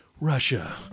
Russia